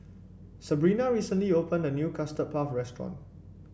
Sabrina recently opened a new Custard Puff Restaurant